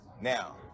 Now